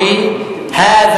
אֵלְבַּחְרֻ לִי,